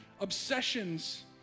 obsessions